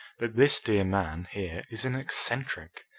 that this dear man here is an eccentric.